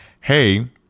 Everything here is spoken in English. hey